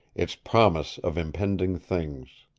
its promise of impending things.